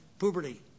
Puberty